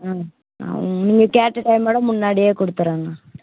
ஆ நான் உங்க நீங்கள் கேட்ட டைம் விட முன்னாடியே கொடுத்துட்றேங்க